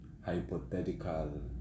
hypothetical